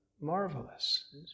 marvelous